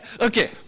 okay